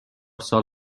سال